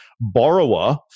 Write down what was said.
borrower